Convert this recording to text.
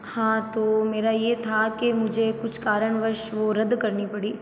हाँ तो मेरा ये था कि मुझे कुछ कारणवश वो रद्द करनी पड़ी